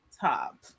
Top